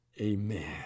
Amen